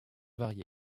variée